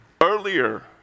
Earlier